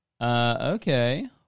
Okay